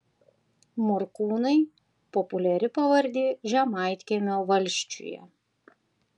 morkūnai populiari pavardė žemaitkiemio valsčiuje